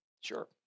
Sure